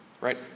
Right